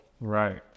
Right